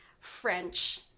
french